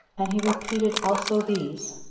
and he repeated also these,